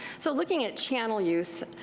so looking at channel use,